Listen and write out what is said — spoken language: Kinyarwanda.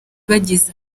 bagize